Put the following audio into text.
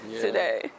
today